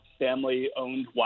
family-owned